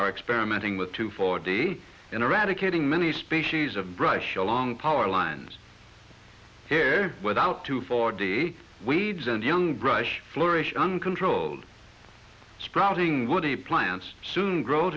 are experimenting with two forty in eradicating many species of brush along power lines air without two for the weeds and young brush flourish uncontrolled sprouting woody plants soon grow